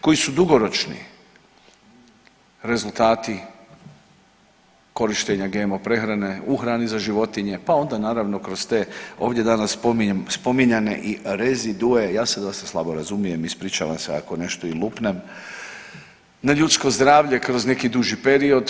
Koji su dugoročni rezultati korištenja GMO prehrane u hrani za životinje, pa onda naravno kroz te ovdje danas spominjane i rezidue, ja se dosta slabo razumijem, ispričavam se ako nešto i lupnem, na ljudsko zdravlje kroz neki duži period?